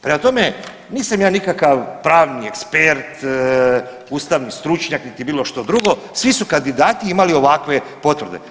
Prema tome, nisam ja nikakav pravni ekspert, ustavni stručnjak niti bilo što drugo, svi su kandidati imali ovakve potvrde.